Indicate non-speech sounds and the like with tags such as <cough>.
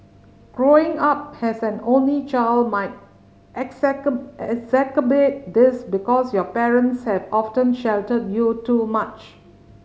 growing up as an only child might <unintelligible> exacerbate this because your parents have often sheltered you too much